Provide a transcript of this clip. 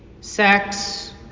sex